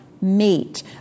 Meet